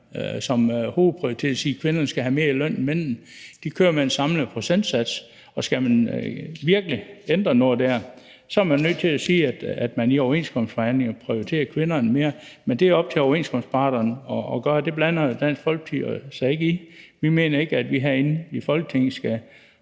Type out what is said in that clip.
som hovedprioritet og har sagt, at kvinderne skal have mere i løn end mændene. De kører med en samlet procentsats, og skal man virkelig ændre noget der, er man nødt til at sige, at man i overenskomstforhandlingerne prioriterer kvinderne mere, men det er op til overenskomstparterne at gøre det, for det blander Dansk Folkeparti sig ikke i. Vi mener ikke, at vi herinde i Folketinget skal